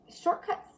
shortcuts